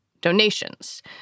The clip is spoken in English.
Donations